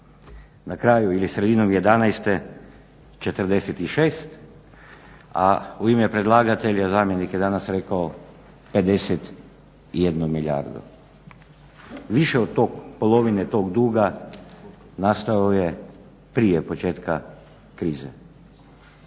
na kraju ili sredinom 2011. 46, a u ime predlagatelja zamjenik je danas rekao 51 milijardu. Više od polovine tog duga nastao je prije početka krize.